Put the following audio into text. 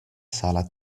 sala